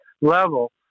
level